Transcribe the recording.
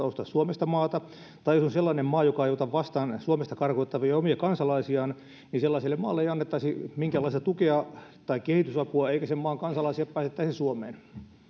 ostaa suomesta maata tai jos on sellainen maa joka ei ota vastaan suomesta karkotettavia omia kansalaisiaan niin sellaiselle maalle ei annettaisi minkäänlaista tukea tai kehitysapua eikä sen maan kansalaisia päästettäisi suomeen